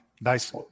Nice